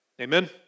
Amen